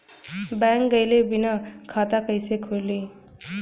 Bank गइले बिना खाता कईसे खुली?